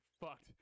fucked